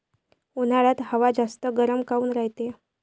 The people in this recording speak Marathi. उन्हाळ्यात हवा जास्त गरम काऊन रायते?